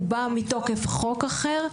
הוא בא מתוקף חוק אחר.